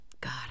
God